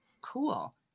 cool